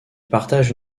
partagent